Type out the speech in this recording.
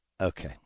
Okay